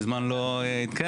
אני מודה